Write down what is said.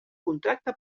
contracte